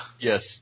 Yes